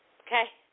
okay